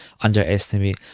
underestimate